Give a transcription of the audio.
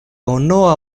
unua